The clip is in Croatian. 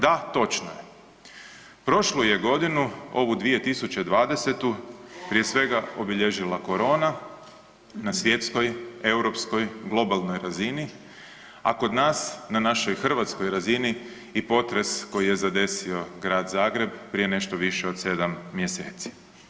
Da točno je, prošlu je godinu ovu 2020. prije svega obilježila korona, na svjetskoj, europskoj, globalnoj razini, a kod nas na našoj hrvatskoj razini i potres koji je zadesio Grad Zagreb prije nešto više od 7 mjeseci.